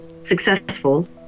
successful